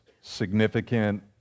significant